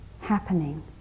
happening